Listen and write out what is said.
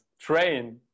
train